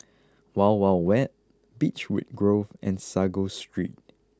Wild Wild Wet Beechwood Grove and Sago Street